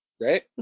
Right